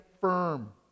firm